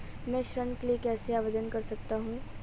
मैं ऋण के लिए कैसे आवेदन कर सकता हूं?